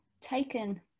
taken